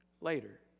later